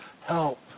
help